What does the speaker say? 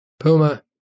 Puma